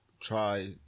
try